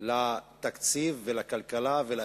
לתקציב ולכלכלה ולאזרחים.